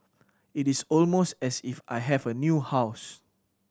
it is almost as if I have a new house